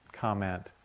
comment